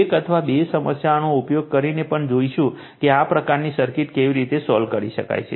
એક અથવા બે સમસ્યાનો ઉપયોગ કરીને પણ જોઈશુ કે આ પ્રકારની સર્કિટ કેવી રીતે સોલ્વ કરી શકાય છે